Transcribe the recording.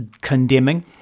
condemning